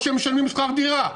או שהם משלמים שכר דירה.